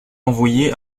envoyées